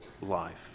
life